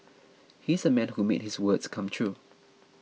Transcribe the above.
he's a man who made his words come true